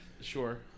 sure